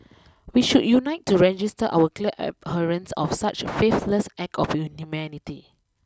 we should unite to register our clear abhorrence of such faithless act of inhumanity